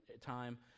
time